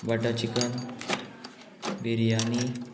butter chicken biryani